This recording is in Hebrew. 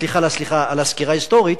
סליחה על הסקירה ההיסטורית,